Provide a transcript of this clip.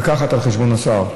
דקה אחת על חשבון השר.